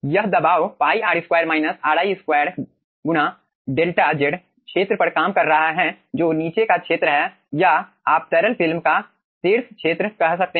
यह दबाव π delta z क्षेत्र पर काम कर रहा है जो नीचे का क्षेत्र है या आप तरल फिल्म का शीर्ष क्षेत्र कह सकते हैं